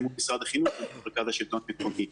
מול משרד החינוך ומול מרכז השלטון המקומי.